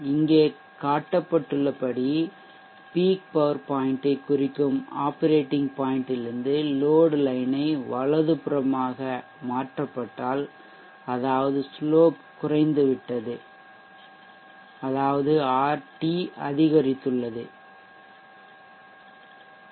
இங்கே காட்டப்பட்டுள்ளபடி peak power point ஐ குறிக்கும் ஆப்பரேட்டிங் பாய்ன்ட் லிருந்து லோட் லைன் வலதுபுறமாக மாற்றப்பட்டால் அதாவது சாய்வுஸ்லோப் குறைந்துவிட்டது அதாவது ஆர்டி அதிகரித்துள்ளது ஆர்